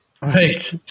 Right